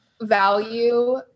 value